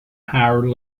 higher